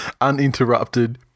uninterrupted